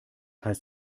heißt